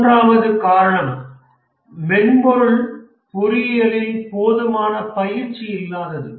மூன்றாவது காரணம் மென்பொருள் பொறியியலில் போதுமான பயிற்சி இல்லாதது